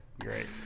great